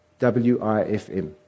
WIFM